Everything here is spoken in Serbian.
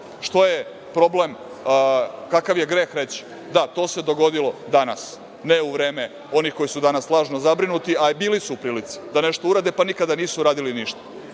je problem, kakav je greh reći – da, to se dogodilo danas, ne u vreme onih koji su danas lažno zabrinuti, a bili su u prilici nešto da urade, pa nikada nisu uradili ništa?